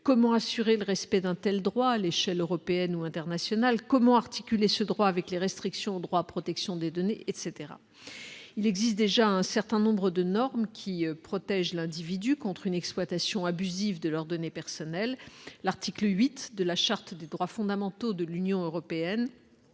comment assurer le respect d'telle droit à l'échelle européenne ou internationale comment articuler ce droit avec les restrictions au droit, protection des données, etc, il existe déjà un certain nombre de normes qui protège l'individu contre une exploitation abusive de leurs données personnelles, l'article 8 de la charte des droits fondamentaux de l'Union européenne,